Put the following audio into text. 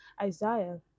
Isaiah